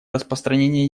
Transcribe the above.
распространения